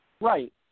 Right